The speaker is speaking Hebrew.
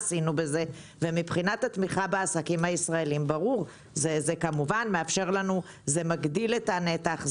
ומבחינת התמיכה בעסקים הישראלים זה מגדיל את הנתח,